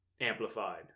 amplified